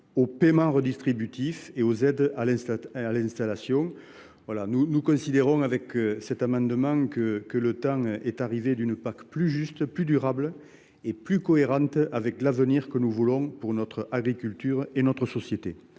aux paiements redistributifs et aux aides à l’installation. Nous considérons que le temps est venu d’une PAC plus juste, plus durable et plus cohérente avec l’avenir auquel nous aspirons pour notre agriculture et notre société.